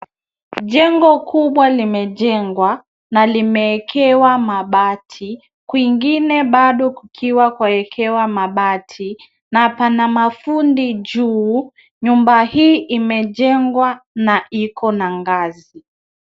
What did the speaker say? Jengo kubwa limejengwa na limeekewa mabati kwingine bado kukiwa kwaekewa mabati na pana mafundi juu. Nyumba hii imejengwa na iko na ngazi.